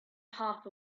half